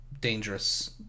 dangerous